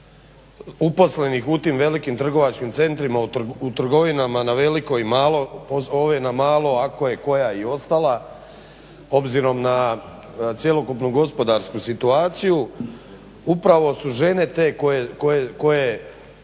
uposlenih u tim velikim trgovačkim centrima u trgovinama na veliko i malo, ove na malo ako je koja i ostala obzirom na cjelokupnu gospodarsku situaciju upravo su žene te koje